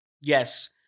Yes